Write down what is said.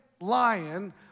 lion